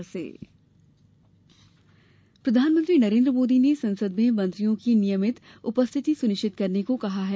भाजपा बैठक प्रधानमंत्री नरेन्द्र मोदी ने संसद में मंत्रियों की नियमित उपस्थिति सुनिश्चित करने को कहा है